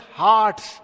hearts